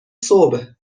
صبح